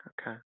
Okay